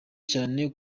cyane